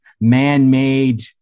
man-made